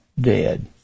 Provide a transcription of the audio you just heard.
dead